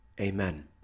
Amen